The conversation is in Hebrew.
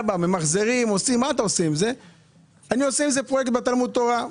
ממחזרים, אני עושה עם זה פרויקט בתלמוד תורה.